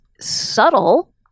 subtle